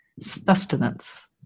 sustenance